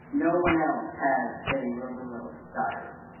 no one else has teddy roosevelt's diary.